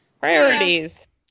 Priorities